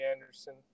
Anderson